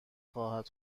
خواهد